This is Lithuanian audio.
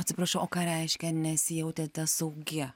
atsiprašau o ką reiškia nesijautėte saugi